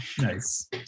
Nice